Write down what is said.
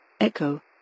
Echo